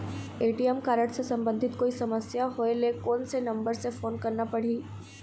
ATM card से संबंधित कोई समस्या होय ले, कोन से नंबर से फोन करना पढ़ही?